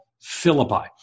Philippi